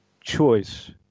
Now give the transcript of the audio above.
choice